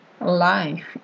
life